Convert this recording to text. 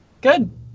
Good